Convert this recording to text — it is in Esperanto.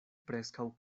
preskaŭ